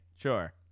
Sure